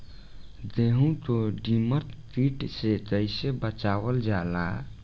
गेहूँ को दिमक किट से कइसे बचावल जाला?